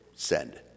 Send